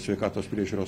sveikatos priežiūros